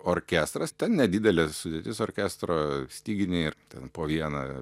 orkestras nedidelė sudėtis orkestro styginiai ir ten po vieną